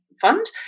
Fund